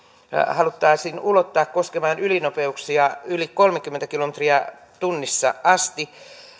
haluttaisiin ulottaa koskemaan ylinopeuksia yli kolmeenkymmeneen kilometriin tunnissa asti